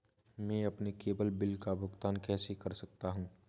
मैं अपने केवल बिल का भुगतान कैसे कर सकता हूँ?